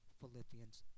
Philippians